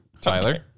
Tyler